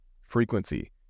frequency